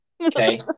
Okay